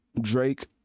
Drake